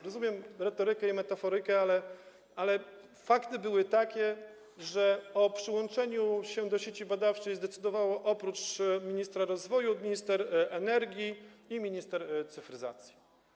Rozumiem retorykę i metaforykę, ale fakty były takie, że o przyłączeniu do sieci badawczej decydowali oprócz ministra rozwoju minister energii i minister cyfryzacji.